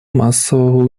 массового